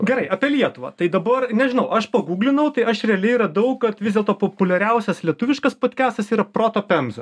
gerai apie lietuvą tai dabar nežinau aš pagūglinau tai aš realiai radau kad vis dėlto populiariausias lietuviškas podkestas yra proto pemza